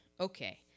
Okay